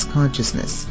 Consciousness